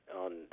on